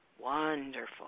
Wonderful